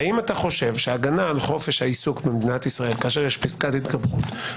האם אתה חושב שההגנה על חופש העיסוק במדינת ישראל כששיש פסקת התגברות,